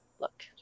look